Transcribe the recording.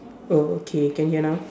oh okay can hear now